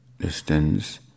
distance